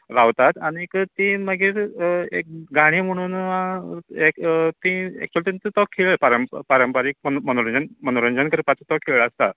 रावतात आनीक तीं मागीर एक गाणी म्हणून एक तीं एक तो तेंचो खेळ पारंम पारंपारीक मनोरंजन मनोरंजन करपाचो खेळ आसतात